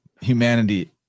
humanity